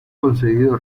conseguido